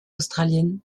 australienne